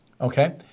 Okay